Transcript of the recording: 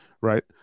Right